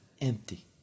empty